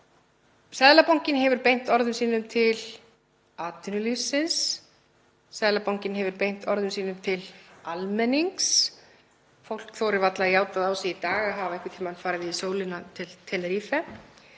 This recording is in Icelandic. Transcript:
Seðlabankinn hefur beint orðum sínum til atvinnulífsins. Seðlabankinn hefur beint orðum sínum til almennings. Fólk þorir varla að játa á sig í dag að hafa einhvern tímann farið í sólina til Tenerife.